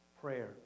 Prayer